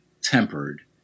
tempered